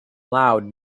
loud